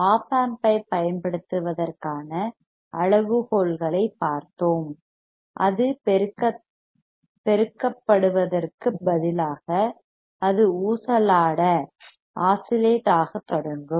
op ஆம்பைப் பயன்படுத்துவதற்கான அளவுகோல்களைப் பார்த்தோம் அது பெருக்கப்படுவதற்குப் பதிலாக அது ஊசலாடத் ஆஸிலேட் ஆக தொடங்கும்